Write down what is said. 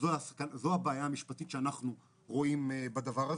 זו הבעיה המשפטית שאנחנו רואים בדבר הזה.